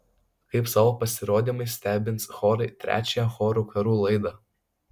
kaip savo pasirodymais stebins chorai trečiąją chorų karų laidą